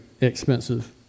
expensive